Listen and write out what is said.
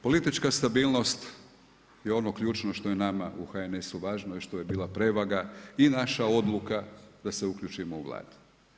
Politička stabilnost je ono ključno što je nama u HNS-u važno i što je bila prevaga i naša odluka da se uključimo u Vladu.